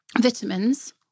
vitamins